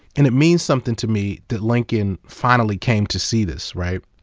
and it means something to me that lincoln finally came to see this, right,